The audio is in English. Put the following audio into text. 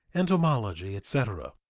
entomology, etc.